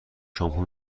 شامپو